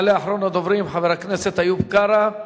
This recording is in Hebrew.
יעלה אחרון הדוברים, חבר הכנסת איוב קרא.